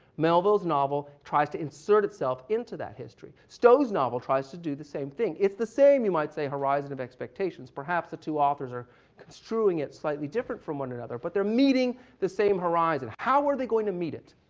melville's novel tries to insert itself into that history. stowe's novel tries to do the same thing. it's the same, you might say, horizon of expectations, perhaps, the two authors are construing, yet slightly different from one another, but they're meeting the same horizon. how are they going to meet it?